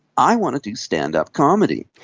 i want to do stand-up comedy.